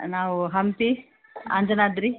ನಾವು ಹಂಪಿ ಅಂಜನಾದ್ರಿ